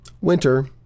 Winter